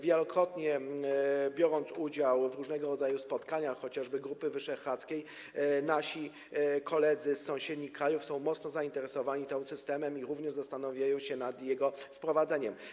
Wielokrotnie brałem udział w różnego rodzaju spotkaniach chociażby Grupy Wyszehradzkiej i wiem, że nasi koledzy z sąsiednich krajów są mocno zainteresowani tym systemem i również zastanawiają się nad jego wprowadzeniem.